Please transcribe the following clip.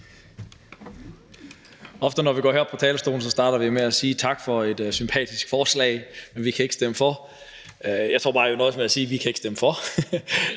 Ofte, når vi kommer herop på talerstolen, starter vi med at sige tak for et sympatisk forslag, men at vi ikke kan stemme for. Jeg tror bare, jeg vil nøjes med at sige, at vi ikke kan stemme for,